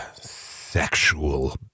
sexual